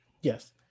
yes